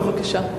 בבקשה.